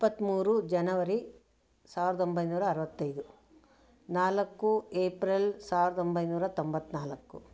ಇಪ್ಪತ್ತ್ಮೂರು ಜನವರಿ ಸಾವಿರದೊಂಬೈನೂರ ಅರವತ್ತೈದು ನಾಲ್ಕು ಎಪ್ರಿಲ್ ಸಾವಿರದೊಂಬೈನೂರ ತೊಂಬತ್ತ್ನಾಲ್ಕು